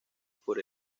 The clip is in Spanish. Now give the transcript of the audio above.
por